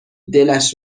دلش